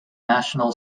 national